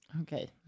Okay